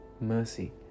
Mercy